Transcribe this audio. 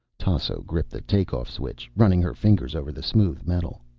tasso gripped the take-off switch, running her fingers over the smooth metal.